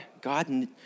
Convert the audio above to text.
God